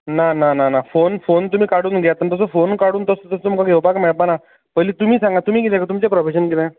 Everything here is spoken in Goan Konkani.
ना ना ना फोन फोन तुमी काडून घेयात आनी ताजो फोन काडून तसो तुमी घेवपाक मेळपाक ना पयलीं तुमी सांगा तुमी कितें करतां तुमचें प्रोफेशन कितें